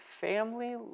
family